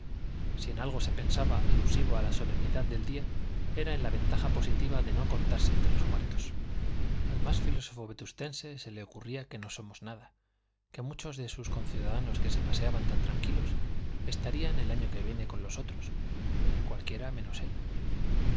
si en algo se pensaba alusivo a la solemnidad del día era en la ventaja positiva de no contarse entre los muertos al más filósofo vetustense se le ocurría que no somos nada que muchos de sus conciudadanos que se paseaban tan tranquilos estarían el año que viene con los otros cualquiera menos él